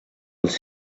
els